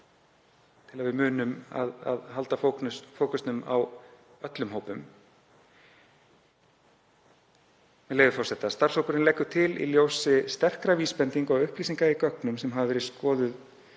til að við munum að halda fókusnum á öllum hópum. Með leyfi forseta: „Starfshópurinn leggur til í ljósi sterkra vísbendinga og upplýsinga í gögnum sem hafa verið skoðuð